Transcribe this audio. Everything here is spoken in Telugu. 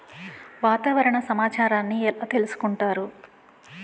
వాతావరణ సమాచారాన్ని ఎలా తెలుసుకుంటారు?